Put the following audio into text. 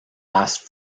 asked